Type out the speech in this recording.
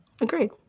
Agreed